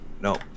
No